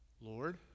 Lord